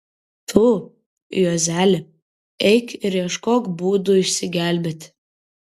tu juozeli eik ir ieškok būdų išsigelbėti